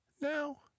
Now